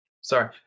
sorry